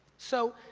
so,